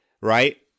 right